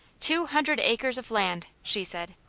two hundred acres of land, she said.